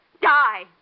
Die